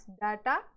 data